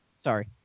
sorry